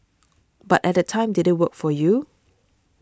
but at that time did it work for you